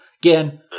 Again